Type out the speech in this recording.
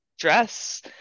dress